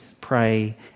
pray